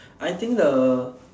I think the